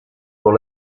dans